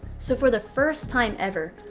so for the first time ever,